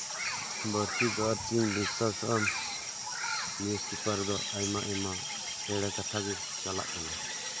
ᱵᱟᱹᱲᱛᱤ ᱫᱚ ᱪᱮᱫ ᱤᱧ ᱵᱤᱥᱟᱥᱚᱜᱼᱟ ᱱᱤᱭᱩᱥ ᱯᱮᱯᱟᱨ ᱨᱮᱫᱚ ᱟᱭᱢᱟ ᱟᱭᱢᱟ ᱮᱲᱮ ᱠᱟᱛᱷᱟᱜᱮ ᱪᱟᱞᱟᱜ ᱠᱟᱱᱟ